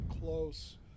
close